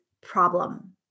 problem